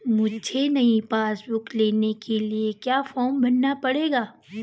मुझे नयी passbook book लेने के लिए क्या फार्म भरना पड़ेगा?